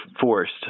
forced